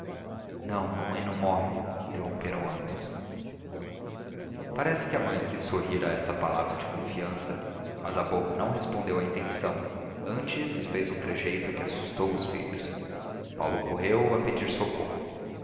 não mamãe não morre interromperam ambos parece que a mãe quis sorrir a esta palavra de confiança mas a boca não respondeu à intenção antes fez um trejeito que assustou os filhos paulo correu a pedir socorro